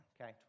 okay